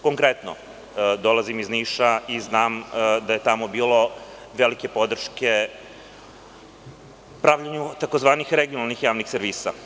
Konkretno, dolazim iz Niša i znam da je tamo bilo velike podrške pravljenju tzv. regionalnih javnih servisa.